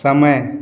समय